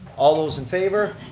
all those in favor?